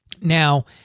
Now